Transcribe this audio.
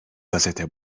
gazete